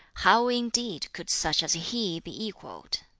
how indeed could such as he be equalled?